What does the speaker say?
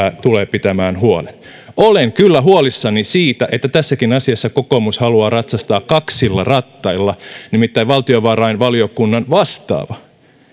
tulee pitämään huolen olen kyllä huolissani siitä että tässäkin asiassa kokoomus haluaa ratsastaa kaksilla rattailla nimittäin valtiovarainvaliokunnan vastaava